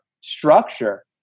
structure